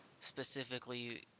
Specifically